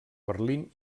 berlín